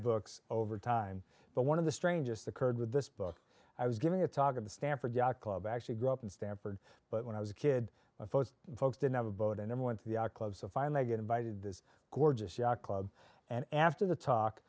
books over time but one of the strangest occurred with this book i was giving a talk at the stanford yacht club actually grew up in stanford but when i was a kid my folks folks didn't have a boat i never went to the club so finally i get invited this gorgeous yacht club and after the talk